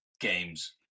games